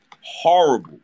Horrible